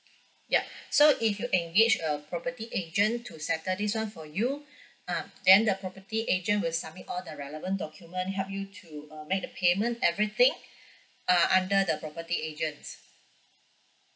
yup so if you engage a property agent to settle this one for you ah then the property agent will submit all the relevant document help you to uh make the payment everything ah under the property agent